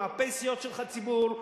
מהפנסיות של הציבור,